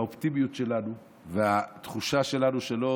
האופטימיות שלנו והתחושה שלנו הן שלא